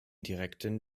direkten